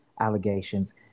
allegations